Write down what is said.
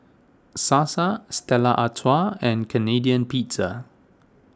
Sasa Stella Artois and Canadian Pizza